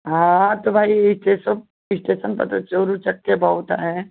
हाँ तो भाई इस्टेसब इस्टेसन पर तो चोर उचक्के बहुत हैं